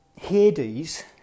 Hades